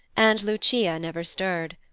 and lucia never stirred.